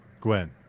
Gwen